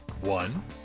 One